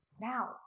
Now